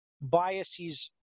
biases